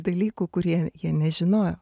dalykų kurie jie nežinojo